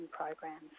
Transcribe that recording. programs